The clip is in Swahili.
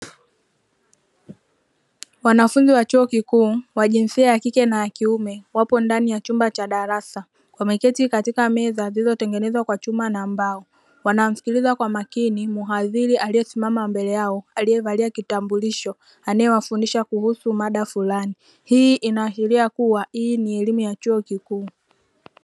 Wanafunzi wa chuo kikuu wa jinsia ya kike na kiume wapo ndani ya chumba cha darasa wameketi katika meza zilizotengenezwa kwa chuma na mbao, wanamsikiliza kwa makini mhadhiri aliyesimama mbele yao aliyevalia kitambulisho anayewafundisha kuhusu mada fulani, hii inaashiria kuwa ni elimu ya chuo kikuu.